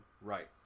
Right